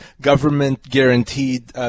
government-guaranteed